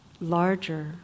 larger